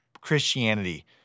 Christianity